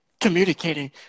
communicating